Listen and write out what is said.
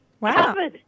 Wow